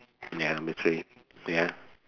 ya number three ya